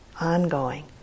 ongoing